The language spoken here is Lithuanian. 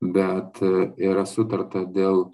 bet yra sutarta dėl